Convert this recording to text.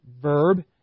verb